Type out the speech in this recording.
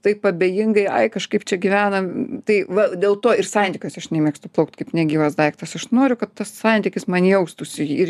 taip abejingai ai kažkaip čia gyvenam tai va dėl to ir santykiuose aš nemėgstu plaukt kaip negyvas daiktas aš noriu kad tas santykis man jaustųsi ir